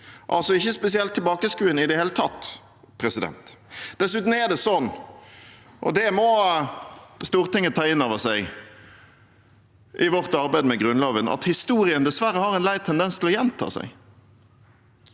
altså ikke spesielt tilbakeskuende i det hele tatt. Dessuten er det sånn, og det må vi på Stortinget ta innover oss i vårt arbeid med Grunnloven, at historien dessverre har en lei tendens til å gjenta seg.